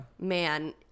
man